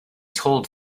told